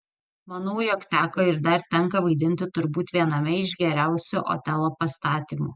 manau jog teko ir dar tenka vaidinti turbūt viename iš geriausių otelo pastatymų